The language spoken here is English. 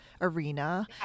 arena